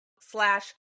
slash